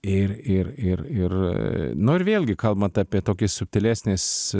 ir ir ir ir nu ir vėlgi kalbant apie tokį subtilesnes